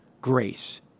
grace